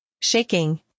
shaking